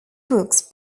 books